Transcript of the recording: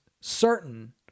certain